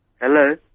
Hello